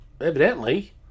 Evidently